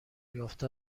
یافته